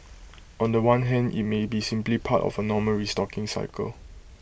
on The One hand IT may be simply part of A normal restocking cycle